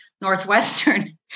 Northwestern